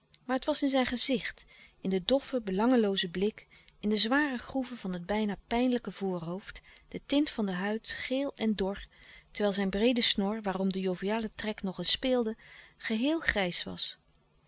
maar het was in zijn gezicht in den doffen belangeloozen blik in de zware groeven van het bijna pijnlijke voorhoofd de tint van de huid geel en dor terwijl zijn breede snor waarom de joviale trek nog eens speelde geheel grijs was